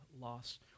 loss